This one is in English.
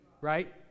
Right